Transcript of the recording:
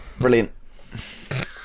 brilliant